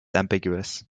ambiguous